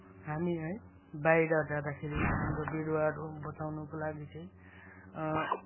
हामी है बाहिर जाँदाखेरि हाम्रो बिरूवाहरू बचाउनको लागि चाहिँ